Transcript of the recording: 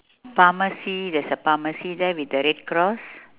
pharmacy there's a pharmacy there with a red cross